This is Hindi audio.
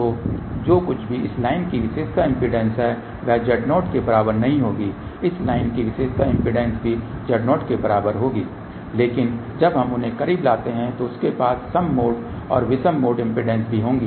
तो जो कुछ भी इस लाइन की विशेषता इम्पीडेन्स है वह Z0 के बराबर नहीं होगी इस लाइन की विशेषता इम्पीडेन्स भी Z0 के बराबर होगी हालाँकि जब हम उन्हें करीब लाते हैं तो हमारे पास सम मोड और विषम मोड इम्पीडेन्सेस भी होंगी